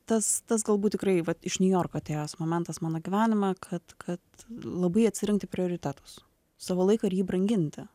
tas tas galbūt tikrai vat iš niujorko atėjęs momentas mano gyvenime kad kad labai atsirinkti prioritetus savo laiką ir jį branginti